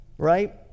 Right